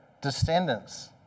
descendants